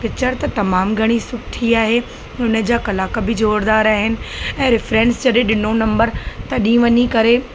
picture त तमामु घणी सुठी आहे हुन जा कलाक बि ज़ोरुदार आहिनि ऐं रेफरेंस जॾहिं ॾिनो नंबर तॾी वञी करे